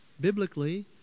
biblically